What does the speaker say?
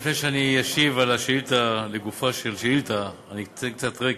לפני שאני אשיב לגופה של שאילתה, אני אתן קצת רקע.